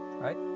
right